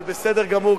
אבל בסדר גמור,